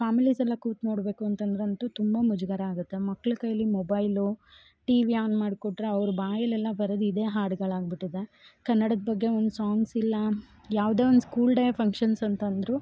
families ಎಲ್ಲ ಕೂತು ನೋಡಬೇಕು ಅಂತಂದ್ರೆ ಅಂತೂ ತುಂಬ ಮುಜುಗರ ಆಗುತ್ತೆ ಮಕ್ಳ ಕೈಲಿ ಮೊಬೈಲು ಟಿವಿ ಆನ್ ಮಾಡಿಕೊಟ್ರೆ ಅವ್ರ ಬಾಯಲೆಲ್ಲ ಬರೋದು ಇದೆ ಹಾಡ್ಗಳು ಆಗಿಬಿಟ್ಟಿದೆ ಕನ್ನಡದ ಬಗ್ಗೆ ಒಂದು ಸಾಂಗ್ಸ್ ಇಲ್ಲ ಯಾವುದೇ ಒಂದು ಸ್ಕೂಲ್ ಡೇ ಫಂಕ್ಷನ್ಸ್ ಅಂತಂದ್ರು